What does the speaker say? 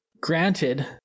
granted